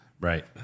Right